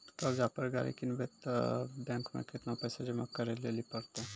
कर्जा पर गाड़ी किनबै तऽ बैंक मे केतना पैसा जमा करे लेली पड़त?